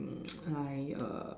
mm I err